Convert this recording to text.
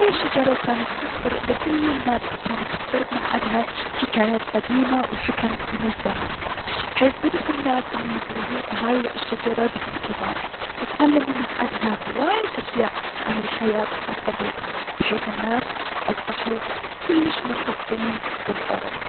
هاي الشجرة جانت تخبر لكل الناس الي جانت تقترب من عدها حكايات قديمة و حكم من الزمان حيث بدو الناس انو يزورو هاي الشجرة بأنتضام و تعلموا من عدها هواية اشياء عن الحياة و الطبيعة بحيث الناس اصبحوا كلش مرتبطين بلأرض.